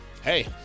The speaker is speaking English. hey